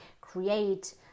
create